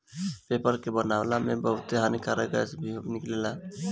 paper के बनावला में बहुते हानिकारक गैस भी निकलेला